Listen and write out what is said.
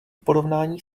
porovnání